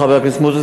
חבר הכנסת מוזס,